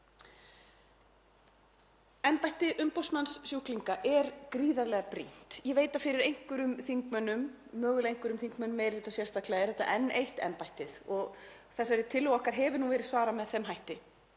Embætti umboðsmanns sjúklinga er gríðarlega brýnt. Ég veit að fyrir einhverjum þingmönnum, mögulega einhverjum þingmönnum meiri hlutans sérstaklega, er þetta enn eitt embættið og þessari tillögu okkar hefur verið svarað með þeim hætti